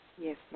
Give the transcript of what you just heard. Yes